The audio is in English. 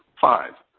five,